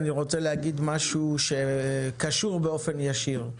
אני רוצה להגיד משהו שקשור באופן ישיר.